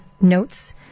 notes